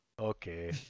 Okay